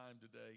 today